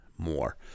more